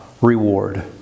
reward